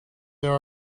there